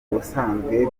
busanzwe